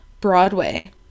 broadway